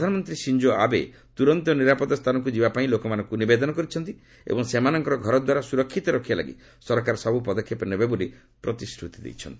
ପ୍ରଧାନମନ୍ତ୍ରୀ Shinzo Abe ତୂରନ୍ତ ନିରାପଦ ସ୍ଥାନକ୍ର ଯିବାପାଇଁ ଲୋକମାନଙ୍କୁ ନିବେଦନ କରିଛନ୍ତି ଏବଂ ସେମାନଙ୍କର ଘରଦ୍ୱାର ସୁରକ୍ଷିତ ରଖିବାଲାଗି ସରକାର ସବୁ ପଦକ୍ଷେପ ନେବେ ବୋଲି ପ୍ରତିଶ୍ରତି ଦେଇଛନ୍ତି